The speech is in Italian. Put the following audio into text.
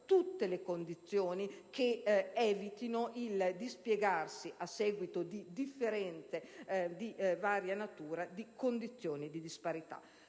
tutte le condizioni che evitino il dispiegarsi, a seguito di differenze di varia natura, di condizioni di disparità.